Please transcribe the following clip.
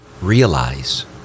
Realize